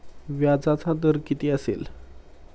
व्याजाचा दर किती असेल?